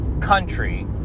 country